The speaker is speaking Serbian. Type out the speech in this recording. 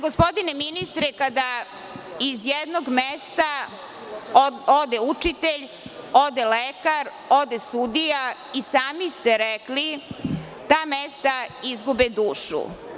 Gospodine ministre, kada iz jednog mesta ode učitelj, ode lekar, ode sudija, i sami ste rekli, ta mesta izgube dušu.